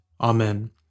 Amen